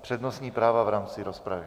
Přednostní práva v rámci rozpravy.